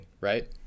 right